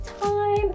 time